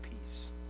peace